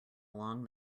along